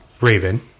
Raven